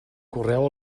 correu